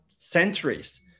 centuries